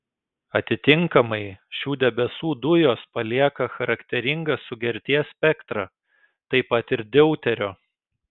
atitinkamai šių debesų dujos palieka charakteringą sugerties spektrą taip pat ir deuterio